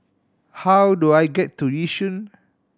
how do I get to Yishun